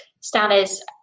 status